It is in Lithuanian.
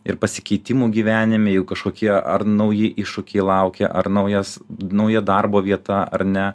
ir pasikeitimų gyvenime jų kažkokie ar nauji iššūkiai laukia ar naujas nauja darbo vieta ar ne